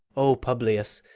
o publius,